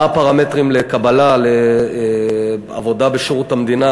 מה הפרמטרים לקבלה לעבודה בשירות המדינה,